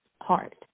heart